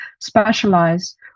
specialize